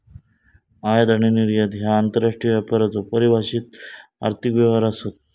आयात आणि निर्यात ह्या आंतरराष्ट्रीय व्यापाराचो परिभाषित आर्थिक व्यवहार आसत